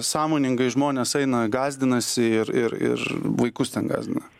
sąmoningai žmonės eina gąsdinasi ir ir ir vaikus ten gąsdina